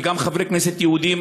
וגם חברי כנסת יהודים,